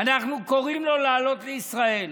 אנחנו קוראים לו לעלות לישראל.